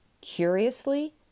curiously